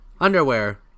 Underwear